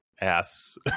ass